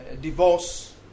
divorce